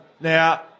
Now